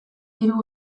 diru